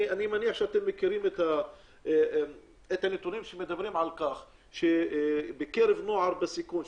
אני מניח שאתם מכירים את הנתונים שמדברים על כך שבקרב נוער בסיכון,